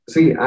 See